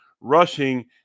rushing